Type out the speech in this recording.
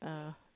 uh